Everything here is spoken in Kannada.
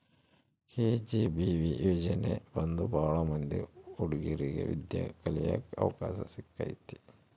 ಕೆ.ಜಿ.ಬಿ.ವಿ ಯೋಜನೆ ಬಂದು ಭಾಳ ಮಂದಿ ಹುಡಿಗೇರಿಗೆ ವಿದ್ಯಾ ಕಳಿಯಕ್ ಅವಕಾಶ ಸಿಕ್ಕೈತಿ